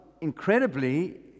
incredibly